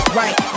right